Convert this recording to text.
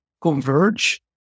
converge